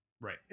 Right